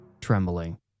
trembling